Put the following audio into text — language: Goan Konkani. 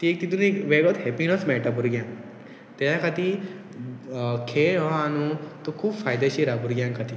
ती तितून एक वेगळोच हॅपिनस मेळटा भुरग्यांक त्या खातीर खेळ हो आ न्हू तो खूब फायदेशी आसा भुरग्यां खातीर